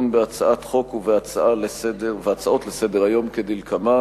בהצעת חוק והצעות לסדר-היום כדלקמן: